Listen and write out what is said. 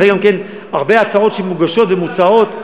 לכן, גם כן הרבה הצעות שמוגשות ומוצעות,